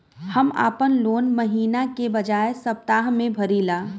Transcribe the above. हम आपन लोन महिना के बजाय सप्ताह में भरीला